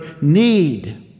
need